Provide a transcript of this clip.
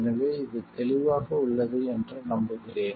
எனவே இது தெளிவாக உள்ளது என்று நம்புகிறேன்